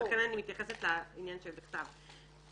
לכן אני מתייחסת לעניין של 'בכתב'.